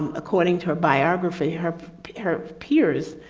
according to her biography, her her peers,